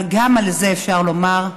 אבל גם על זה אפשר לומר: